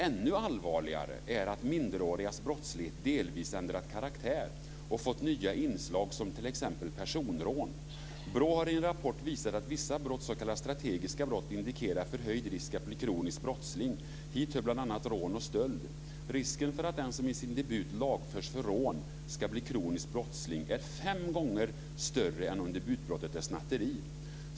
Ännu allvarligare är att minderårigas brottslighet delvis ändrat karaktär och fått nya inslag som personrån. BRÅ har i en rapport visat att vissa brott, s.k. strategiska brott, indikerar förhöjd risk att bli kronisk brottsling. Hit hör bl.a. rån och stöld. Risken för att den som i sin debut lagförs för rån ska bli kronisk brottsling är fem gånger större än om debutbrottet är snatteri.